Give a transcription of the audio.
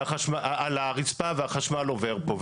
הרצפה והחשמל עובר פה.